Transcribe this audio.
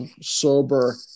sober